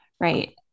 Right